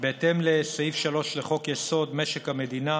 בהתאם לסעיף 3 לחוק-יסוד: משק המדינה,